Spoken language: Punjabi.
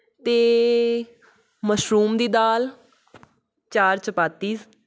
ਅਤੇ ਮਸ਼ਰੂਮ ਦੀ ਦਾਲ ਚਾਰ ਚਪਾਤੀਸ